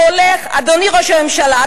אדוני ראש הממשלה,